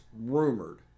rumored